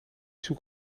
zoek